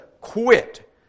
quit